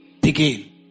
Begin